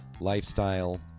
lifestyle